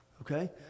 okay